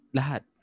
lahat